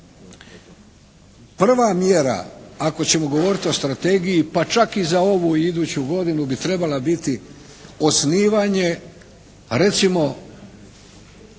prva mjera ako ćemo govoriti o strategiji pa čak i za ovu i iduću godinu bi trebala biti osnivanje recimo